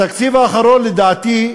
בתקציב האחרון, לדעתי,